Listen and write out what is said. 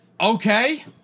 Okay